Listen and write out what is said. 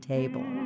Table